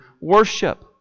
worship